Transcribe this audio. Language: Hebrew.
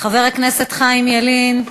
חבר הכנסת חיים ילין,